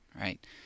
right